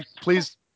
please